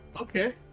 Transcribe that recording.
okay